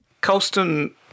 Colston